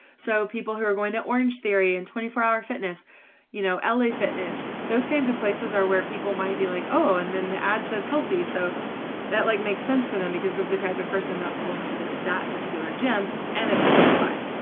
so people who are going to orangetheory and twenty four hour. fitness you know la fitness those kinds of places are. where people might be like oh and then the ad says. healthy so that like make sense for them because of. the type of person that's going to that particular gym. and it's close by.